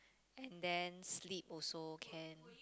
and then sleep also can